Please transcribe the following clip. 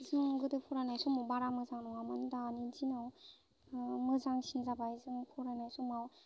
जों गोदो फरायनाय समाव बारा मोजां नङामोन दानि दिनाव मोजांसिन जाबाय जों फरायनाय समाव